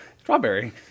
Strawberry